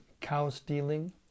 cow-stealing